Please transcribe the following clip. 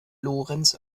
lorenz